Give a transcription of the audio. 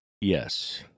Yes